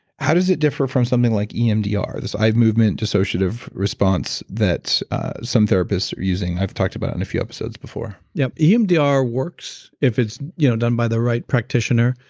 how does it differ from something like emdr? this eye movement dissociative response that some therapists are using, i've talked about in a few episodes before yep, emdr works if it's you know done by the right practitioner,